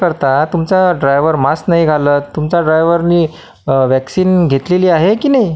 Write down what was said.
हे करता तुमचा ड्रायव्हर मास्क नाही घालत तुमचा ड्रायव्हरने व्हॅक्सिन घेतलेली आहे की नाही